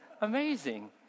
amazing